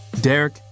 Derek